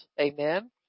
Amen